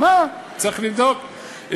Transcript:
צריך לבדוק.